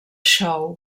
show